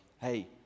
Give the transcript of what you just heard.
hey